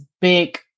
big